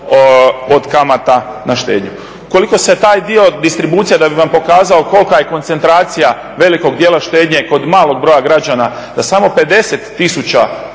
od kamata na štednju. Koliko se taj dio distribucija da bih vam pokazao kolika je koncentracija velikog dijela štednje kod malog broja građana da samo 50